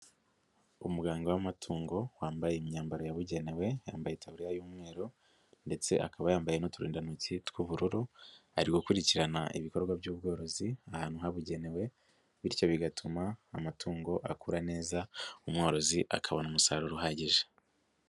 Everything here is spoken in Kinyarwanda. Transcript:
Umuganga w’amatungo wambaye imyambaro yabugenewe, yambaye itaburiya y’umweru ndetse akaba yambaye n’uturindantoki tw’ubururu, ari gukurikirana ibikorwa by’ubworozi ni ahantu habugenewe, bityo bigatuma amatungo akura neza, umworozi akabona umusaruro uhagije.